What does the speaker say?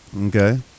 Okay